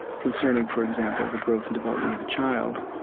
concerning for example, the growth and development of the child,